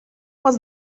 was